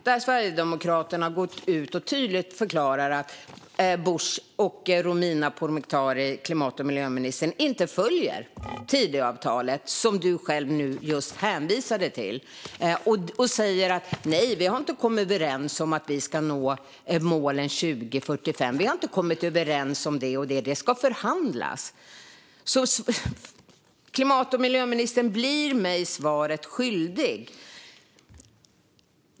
Där går Sverigedemokraterna tydligt ut och förklarar att Busch och klimat och miljöminister Romina Pourmokhtari inte följer Tidöavtalet, som ministern själv just hänvisade till. Sverigedemokraterna säger att man inte har kommit överens om att nå målen 2045, utan det ska förhandlas. Klimat och miljöministern blir mig svaret skyldig.